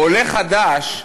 עולה חדש,